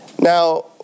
Now